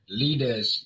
leaders